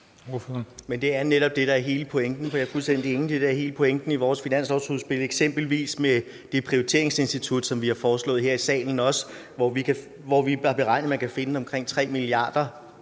Det er netop det, der er hele pointen. Jeg er fuldstændig enig i det. Det er det, der er hele pointen i vores finanslovsudspil eksempelvis med det prioriteringsinstitut, som vi også har foreslået her i salen, hvor vi har beregnet at man kan finde omkring 3 mia. kr.